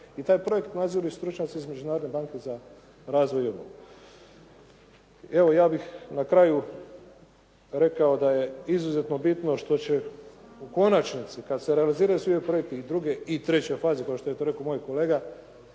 i taj projekt nadziru stručnjaci iz Međunarodne banke za razvoj i obnovu. Ja bih na kraju rekao da je izuzetno bitno što će u konačnici kad se realiziraju svi ovi projekti i 2. i 3. faze kao što je to rekao moj kolega